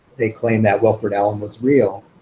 they claimed that wilford allan was real.